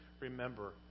Remember